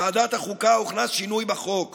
בוועדת החוקה הוכנס שינוי בחוק